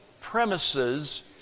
premises